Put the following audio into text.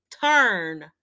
turn